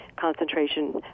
concentration